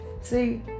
See